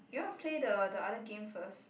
you want play the the other game first